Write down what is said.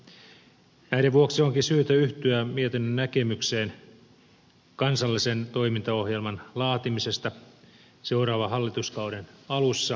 näiden vuoksi onkin syytä yhtyä mietinnön näkemykseen kansallisen toimintaohjelman laatimisesta seuraavan hallituskauden alussa